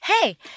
hey